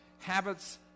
habits